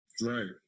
Right